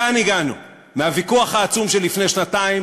מכאן הגענו, מהוויכוח העצום של לפני שנתיים,